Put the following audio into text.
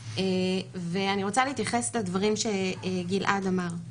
ואני רוצה להתייחס לדברים שגלעד אמר.